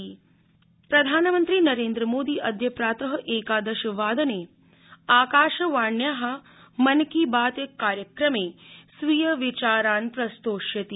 मन की बात प्रधानमंत्री नरेन्द्रमोदी अद्य प्रात एकादश वादने आकाशवाण्या मन की बात कार्यक्रमे स्वीय विचारान् प्रस्तोष्यति